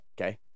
okay